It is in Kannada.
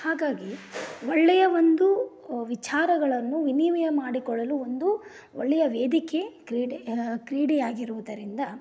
ಹಾಗಾಗಿ ಒಳ್ಳೆಯ ಒಂದು ವಿಚಾರಗಳನ್ನು ವಿನಿಮಯ ಮಾಡಿಕೊಳ್ಳಲು ಒಂದು ಒಳ್ಳೆಯ ವೇದಿಕೆ ಕ್ರೀಡೆ ಕ್ರೀಡೆಯಾಗಿರುವುದರಿಂದ